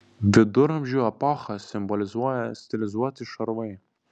viduramžių epochą simbolizuoja stilizuoti šarvai